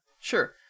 Sure